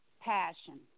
Passion